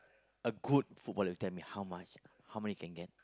a good footballer you tell me how much how many he can get